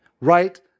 right